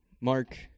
Mark